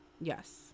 Yes